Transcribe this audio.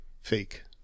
fake